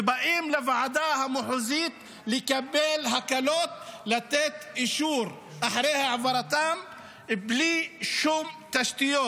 ובאים לוועדה המחוזית לקבל הקלות לתת אישור אחרי העברתם בלי שום תשתיות.